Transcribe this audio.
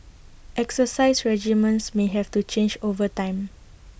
exercise regimens may have to change over time